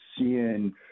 seeing